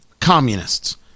communists